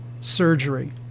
surgery